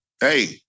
Hey